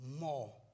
more